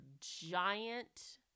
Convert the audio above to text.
giant